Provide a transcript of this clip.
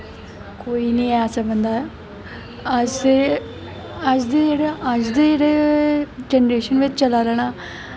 कोई निं ऐसा बंदा ऐसे अज्ज दी जेह्ड़ा जनरेशन बिच्च टलै दा ना